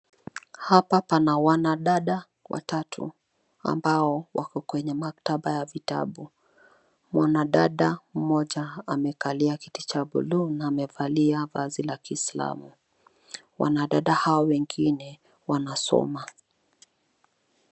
Hapa pana wanadada watatu ambao wako kwenye maktaba ya vitabu. Mwanadada mmoja amekalia kiti cha buluu na amevalia vazi la kiislamu. Wanadada hao wengine wanasoma.